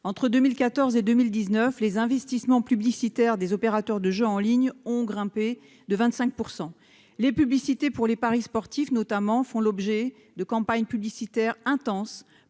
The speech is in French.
Entre 2014 et 2019, les investissements publicitaires des opérateurs de jeux en ligne ont grimpé de 25 %. Les publicités pour les paris sportifs font l'objet de campagnes publicitaires intenses,